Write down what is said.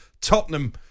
Tottenham